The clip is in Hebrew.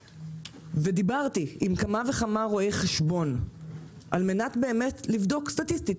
דיברתי עם כמה וכמה רואי חשבון על-מנת לבדוק סטטיסטית,